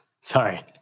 Sorry